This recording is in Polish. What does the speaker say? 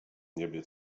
niebie